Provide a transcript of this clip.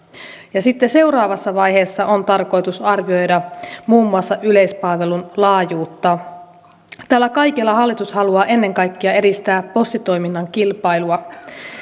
sitten seuraavassa vaiheessa on tarkoitus arvioida muun muassa yleispalvelun laajuutta tällä kaikella hallitus haluaa ennen kaikkea edistää postitoiminnan kilpailua